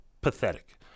pathetic